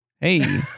hey